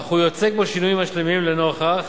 אך הוא יוצק בו שינויים משלימים לנוכח